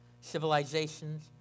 civilizations